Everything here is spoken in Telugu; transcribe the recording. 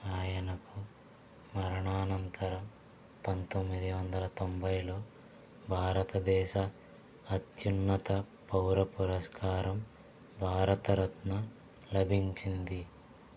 ఆయనకు మరణానంతరం పంతొమ్మిది వందల తొంభైలో భారతదేశ అత్యున్నత పౌర పురస్కారం భారతరత్న లభించింది